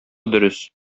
дөрес